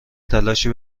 تلاشی